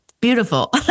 beautiful